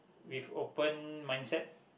with open mindset